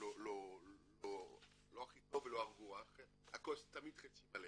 לא הכי טוב, הכוס תמיד חצי מלאה.